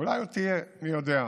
אולי עוד תהיה, מי יודע.